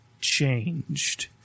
changed